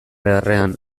beharrean